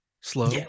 slow